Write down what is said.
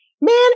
man